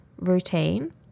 routine